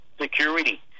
security